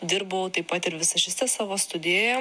dirbau taip pat ir visažiste savo studijoje